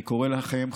אני קורא לכם,